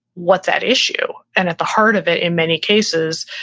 what's that issue, and at the heart of it in many cases.